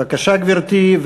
בבקשה, גברתי.